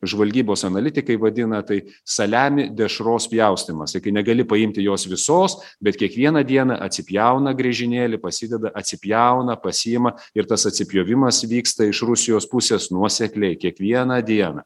žvalgybos analitikai vadina tai saliami dešros pjaustymas tai kai negali paimti jos visos bet kiekvieną dieną atsipjauna griežinėlį pasideda atsipjauna pasiima ir tas atsipjovimas vyksta iš rusijos pusės nuosekliai kiekvieną dieną